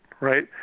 right